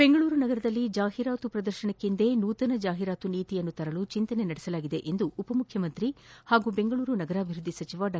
ಬೆಂಗಳೂರು ನಗರದಲ್ಲಿ ಜಾಹಿರಾತು ಪ್ರದರ್ಶನಕ್ಕೆಂದೇ ನೂತನ ಜಾಹಿರಾತು ನೀತಿ ತರಲು ಚಿಂತನೆ ನಡೆಸಲಾಗಿದೆ ಎಂದು ಉಪಮುಖ್ಯಮಂತ್ರಿ ಹಾಗೂ ಬೆಂಗಳೂರು ನಗರಾಭಿವೃದ್ಧಿ ಸಚಿವ ಡಾ